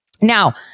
Now